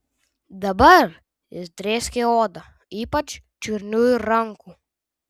dabar jis drėskė odą ypač čiurnų ir rankų